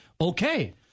okay